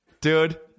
dude